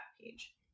page